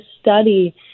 study